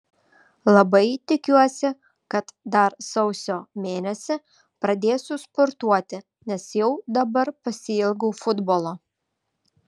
labai tikiuosi kad dar sausio mėnesį pradėsiu sportuoti nes jau dabar pasiilgau futbolo